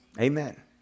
Amen